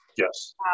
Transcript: Yes